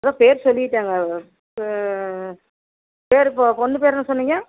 இதோ பேர் சொல்லிவிட்டாங்க அவங்க பேர் பொ பொண்ணு பேர் என்ன சொன்னீங்க